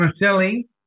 Marcelli